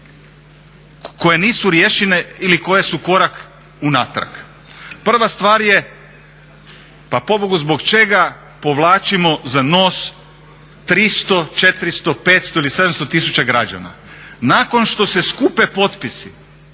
koje nisu riješene ili koje su korak unatrag. Prva stvar je pa pobogu zbog čega povlačimo za nos 300, 400, 500 ili 700 tisuća građana? Nakon što se skupe potpisi